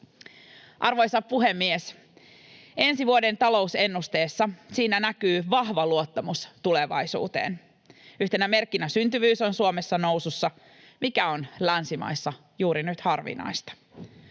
Arvoisa puhemies! Ensi vuoden talousennusteessa näkyy vahva luottamus tulevaisuuteen. Yhtenä merkkinä siitä syntyvyys on Suomessa nousussa, mikä on länsimaissa juuri nyt harvinaista.